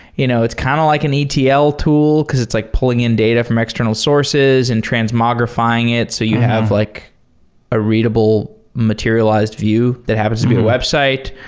you know it's kind of like an etl tool, because it's like pulling in data from external sources and transmogrifying it so you have like a readable materialized view that happens to be a website.